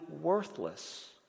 worthless